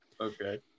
okay